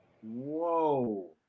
Whoa